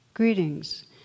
Greetings